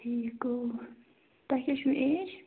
ٹھیٖک تۄہہِ کیاہ چھو ایج